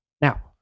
Now